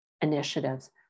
initiatives